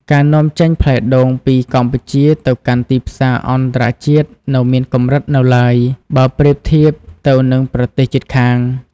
ការនាំចេញផ្លែដូងពីកម្ពុជាទៅកាន់ទីផ្សារអន្តរជាតិនៅមានកម្រិតនៅឡើយ បើប្រៀបធៀបទៅនឹងប្រទេសជិតខាង។